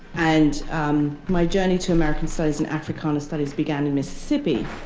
and my journey to american studies and africana studies began in mississippi.